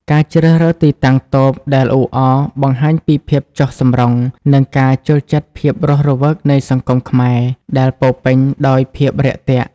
ការជ្រើសរើសទីតាំងតូបដែលអ៊ូអរ បង្ហាញពីភាពចុះសម្រុង និងការចូលចិត្តភាពរស់រវើកនៃសង្គមខ្មែរ ដែលពោរពេញដោយភាពរាក់ទាក់។